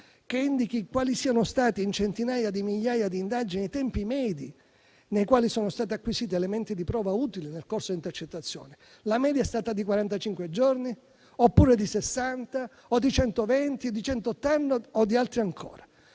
che indichi quali siano stati, in centinaia di migliaia di indagini, i tempi medi nei quali sono stati acquisiti elementi di prova utili nel corso di intercettazioni. La media è stata di quarantacinque giorni, oppure di sessanta, centoventi, centottanta o di altri ancora?